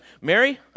Mary